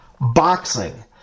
boxing